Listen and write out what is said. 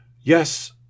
Yes